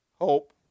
Hope